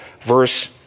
verse